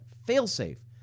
fail-safe